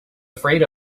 afraid